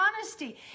honesty